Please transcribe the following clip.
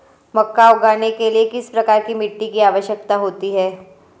मक्का उगाने के लिए किस प्रकार की मिट्टी की आवश्यकता होती है?